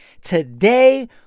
Today